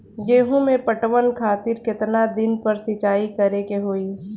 गेहूं में पटवन खातिर केतना दिन पर सिंचाई करें के होई?